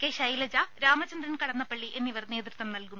K Shailaja Ramachandran Kadannappally എന്നിവർ നേതൃത്വം നൽകും